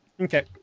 Okay